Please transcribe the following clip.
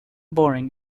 boring